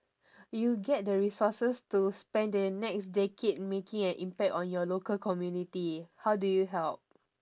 you get the resources to spend the next decade making an impact on your local community how do you help